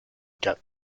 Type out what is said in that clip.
cat